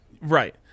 Right